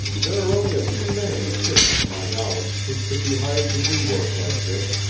there are only a few men in the city, to my knowledge, who could be hired to do work like this,